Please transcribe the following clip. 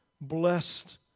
blessed